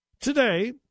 Today